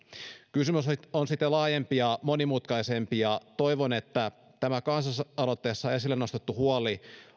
kysymys on siten laajempi ja monimutkaisempi ja toivon että tämä kansalaisaloitteessa esille nostettu huoli